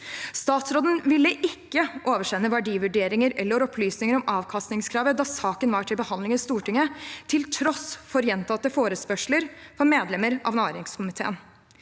Statsråden ville ikke oversende verdivurderingen eller opplyse om avkastningskravet da saken var til behandling i Stortinget, til tross for gjentatte forespørsler fra medlemmer av næringskomiteen.